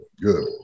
good